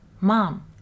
Mom